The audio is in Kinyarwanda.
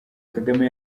kagame